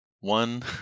One